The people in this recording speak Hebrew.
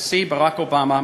הנשיא ברק אובמה,